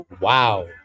wow